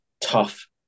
tough